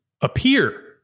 appear